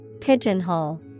Pigeonhole